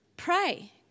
pray